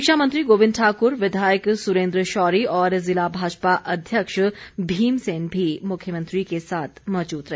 शिक्षामंत्री गोविंद ठाकुर विधायक सुरेन्द्र शौरी और जिला भाजपा अध्यक्ष भीम सेन भी मुख्यमंत्री के साथ मौजूद रहे